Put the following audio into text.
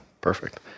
perfect